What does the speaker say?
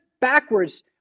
backwards